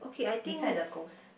beside the ghost